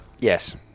Yes